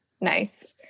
nice